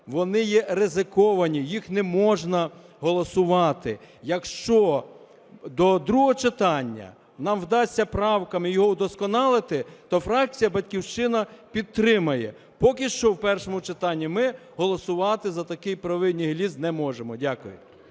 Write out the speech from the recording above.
вони є ризиковані, їх не можна голосувати. Якщо до другого читання нам вдасться правками його вдосконалити, то фракція "Батьківщина" підтримає. Поки що в першому читанні ми голосувати за такий правовий нігілізм не можемо. Дякую.